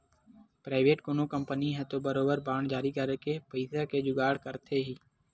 private कोनो company ह तो बरोबर बांड जारी करके पइसा के जुगाड़ करथे ही